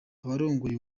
abarongoye